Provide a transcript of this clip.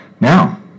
Now